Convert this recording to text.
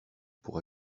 pour